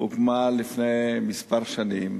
הוקמה לפני כמה שנים